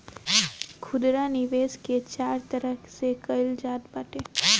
खुदरा निवेश के चार तरह से कईल जात बाटे